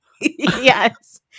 yes